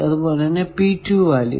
അതുപോലെ വാല്യൂ